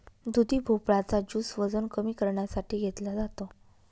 दुधी भोपळा चा ज्युस वजन कमी करण्यासाठी घेतला जातो